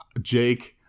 Jake